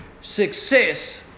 success